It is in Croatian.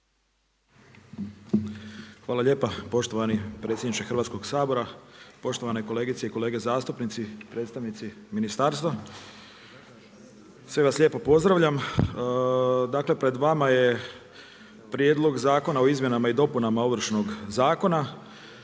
Hvala lijepa, poštovani predsjedniče Hrvatskog sabora. Poštovane kolegice i kolege zastupnici, predstavnici ministarstva, sve vas lijepo pozdravljam. Dakle, pred vama je prijedlog Zakona o izmjenama i dopunama ovršnog zakona.